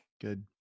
Good